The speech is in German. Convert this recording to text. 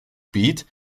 beat